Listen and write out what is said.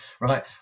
right